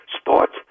Sports